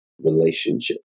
relationship